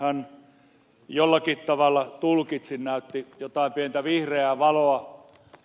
hän jollakin tavalla tulkitsin näytti jotain pientä vihreää valoa